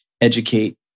educate